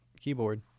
keyboard